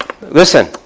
Listen